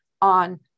on